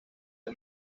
del